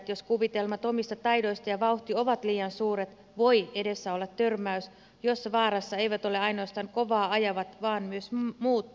jos kuvitelmat omista taidoista ja vauhti ovat liian suuret voi edessä olla törmäys jossa vaarassa eivät ole ainoastaan kovaa ajavat vaan myös muut tiellä liikkujat